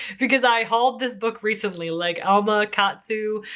because i hauled this book recently. like alma katsu.